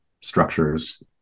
structures